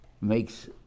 makes